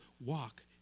walk